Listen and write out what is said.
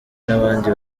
n’abandi